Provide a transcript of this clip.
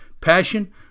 Passion